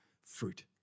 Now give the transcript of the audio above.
Fruit